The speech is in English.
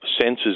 sensors